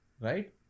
right